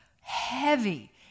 heavy